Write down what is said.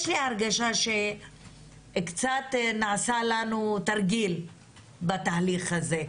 יש לי הרגשה שקצת נעשה לנו תרגיל בתהליך הזה: